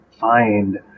find